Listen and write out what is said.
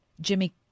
Jimmy